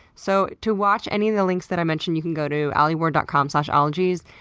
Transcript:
so to watch any of the links that i mentioned, you can go to alieward dot com slash ologies,